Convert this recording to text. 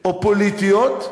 או פוליטיות,